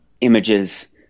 images